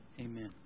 Amen